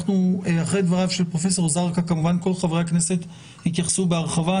אחרי דבריו של פרופסור זרקא כמובן כל חברי הכנסת יתייחסו בהרחבה.